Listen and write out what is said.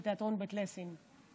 של תיאטרון בית ליסין.